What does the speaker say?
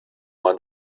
man